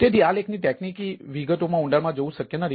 તેથી આ લેખની તકનીકી વિગતોમાં ઊંડાણ માં જવું શક્ય નથી